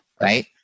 Right